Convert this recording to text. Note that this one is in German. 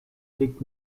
liegt